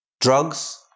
drugs